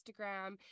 Instagram